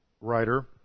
writer